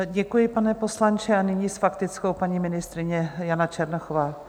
Děkuji, pane poslanče, a nyní s faktickou paní ministryně Jana Černochová.